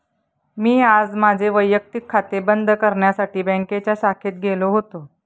मी आज माझे वैयक्तिक खाते बंद करण्यासाठी बँकेच्या शाखेत गेलो होतो